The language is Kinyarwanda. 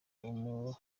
imanishimwe